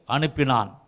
Anipinan